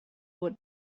would